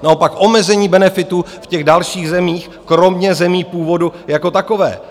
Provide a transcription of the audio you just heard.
Naopak omezení benefitů v těch dalších zemích, kromě zemí původu jako takové.